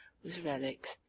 whose relics,